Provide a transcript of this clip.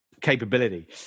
capability